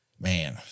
man